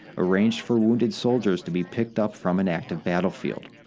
arranged for wounded soldiers to be picked up from an active battlefield.